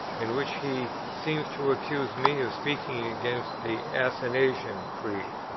in which he seems to accuse me of speaking against the athanasian creed.